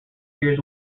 years